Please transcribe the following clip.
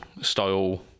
style